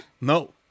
No